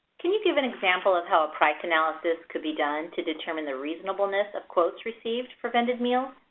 can you give an example of how a price analysis could be done to determine the reasonableness of quotes received for vended meals?